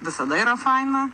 visada yra faina